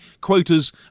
quotas